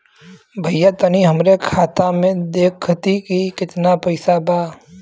भईया तनि हमरे खाता में देखती की कितना पइसा बा?